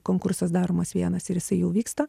konkursas daromas vienas ir jisai jau vyksta